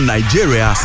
Nigeria